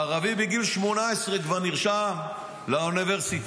הערבי בגיל 18 כבר נרשם לאוניברסיטה.